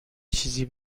چیزی